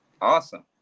Awesome